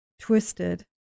twisted